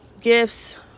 gifts